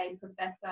professor